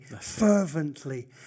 fervently